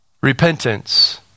repentance